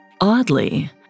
Oddly